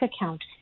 account